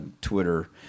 Twitter